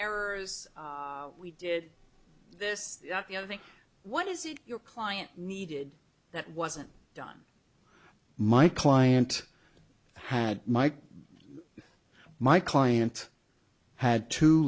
errors we did this the other thing what is it your client needed that wasn't done my client had my client had two